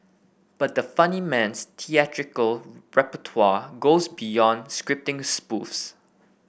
but the funny man's theatrical repertoire goes beyond scripting spoofs